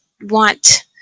want